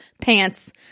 pants